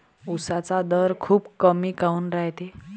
उसाचा दर खूप कमी काऊन रायते?